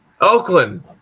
Oakland